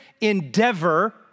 endeavor